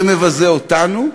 זה מבזה אותנו,